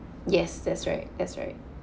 yes that's right that's right